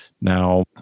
Now